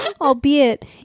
Albeit